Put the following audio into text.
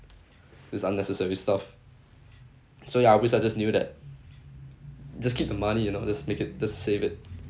this unnecessary stuff so ya I wish I just knew that just keep the money you know just make it just save it